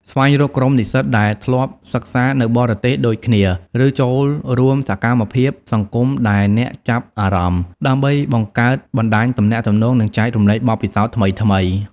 ស្វែងរកក្រុមនិស្សិតដែលធ្លាប់សិក្សានៅបរទេសដូចគ្នា ឬចូលរួមសកម្មភាពសង្គមដែលអ្នកចាប់អារម្មណ៍ ដើម្បីបង្កើតបណ្តាញទំនាក់ទំនង និងចែករំលែកបទពិសោធន៍ថ្មីៗ។